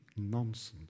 nonsense